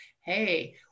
hey